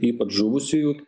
ypač žuvusiųjų